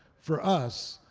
for us,